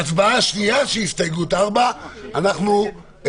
אנחנו נקבע